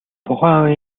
тухайн